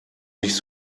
nicht